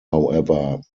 however